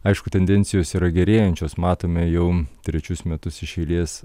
aišku tendencijos yra gerėjančios matome jau trečius metus iš eilės